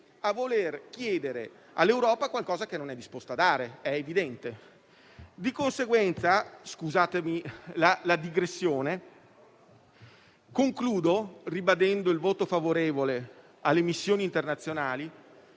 a voler chiedere all'Europa qualcosa che non è disposta a dare, è evidente. Scusandomi per la digressione, concludo ribadendo il voto favorevole alle missioni internazionali,